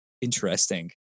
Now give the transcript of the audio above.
interesting